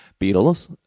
Beatles